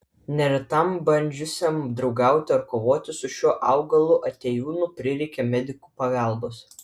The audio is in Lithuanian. neretam bandžiusiam draugauti ar kovoti su šiuo augalu atėjūnu prireikė medikų pagalbos